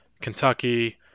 Kentucky